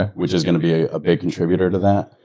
ah which is going to be a big contributor to that.